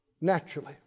naturally